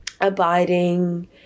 abiding